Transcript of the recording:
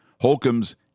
Holcomb's